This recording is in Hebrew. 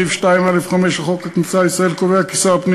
סעיף 2(א)(5) לחוק הכניסה לישראל קובע כי שר הפנים